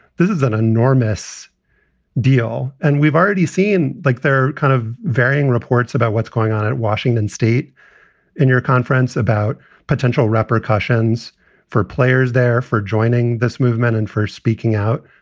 this is an enormous deal. and we've already seen, like there kind of varying reports about what's going on in washington state in your conference about potential repercussions for players there for joining this movement and for speaking out.